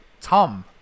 Tom